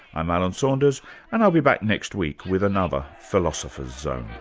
i'm alan saunders and i'll be back next week with another philosopher's zone.